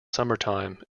summertime